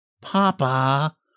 Papa